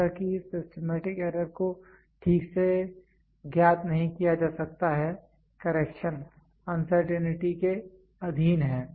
जैसा कि इस सिस्टमैटिक एरर को ठीक से ज्ञात नहीं किया जा सकता है करेक्शन अनसर्टेंटी के अधीन है